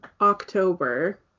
October